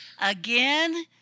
Again